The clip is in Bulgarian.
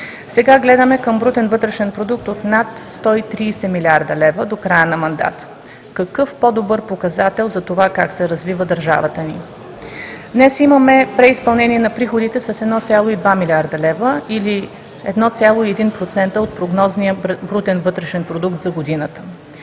Сега гледаме към брутен вътрешен продукт от над 130 млрд. лв. до края на мандата. Какъв по-добър показател за това как се развива държавата ни? Днес имаме преизпълнение на приходите с 1,2 млрд. лв. или 1,1% от прогнозния брутен вътрешен продукт за годината.